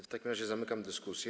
W takim razie zamykam dyskusję.